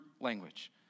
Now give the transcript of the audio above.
language